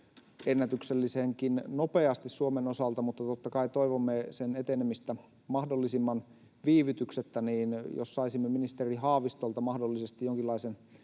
ennätyksellisenkin nopeasti Suomen osalta, mutta totta kai toivomme sen etenemistä mahdollisimman viivytyksettä. Jos saisimme ministeri Haavistolta mahdollisesti jonkinlaisen